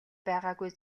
байгаагүй